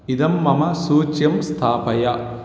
इदं मम सूच्यां स्थापय